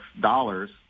dollars